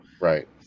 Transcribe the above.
right